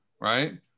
Right